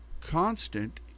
constant